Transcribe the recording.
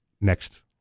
Next